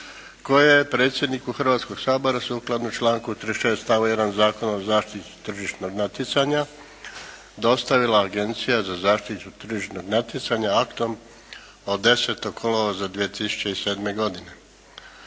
je predsjedniku Hrvatskog sabora sukladno članku 36. stavka 1. Zakona o zaštiti tržišnog natjecanja dostavila Agencija za zaštitu tržišnog natjecanja aktom od 10. kolovoza 2007. godine.